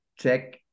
check